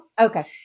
Okay